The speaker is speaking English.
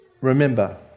remember